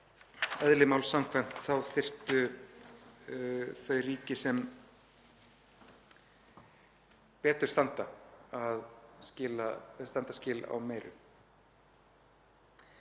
og eðli máls samkvæmt þyrftu þau ríki sem betur standa að standa skil á meiru.